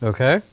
Okay